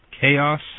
chaos